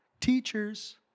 teachers